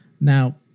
Now